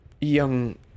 Young